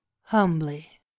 Humbly